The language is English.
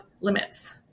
limits